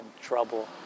trouble